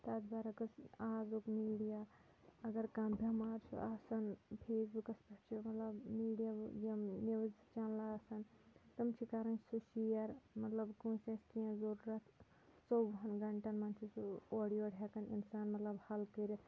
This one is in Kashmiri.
تَتھ برعکس آزُک میٖڈیا اگر کانٛہہ بٮ۪مار چھُ آسان فیس بُکَس پٮ۪ٹھ چھُ مطلب میٖڈیا یِم نِوٕز چَنلہٕ آسان تِم چھِ کَران سُہ شِیر مطلب کٲنٛسہِ آسہِ کینٛہہ ضوٚرَتھ ژۄوُہَن گنٛٹَن منٛز چھُ سُہ اورٕ یورٕ ہٮ۪کان اِنسان مطلب حل کٔرِتھ